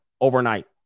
overnight